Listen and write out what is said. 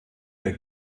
der